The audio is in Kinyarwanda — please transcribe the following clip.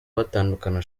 bagatandukana